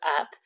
up